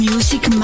Music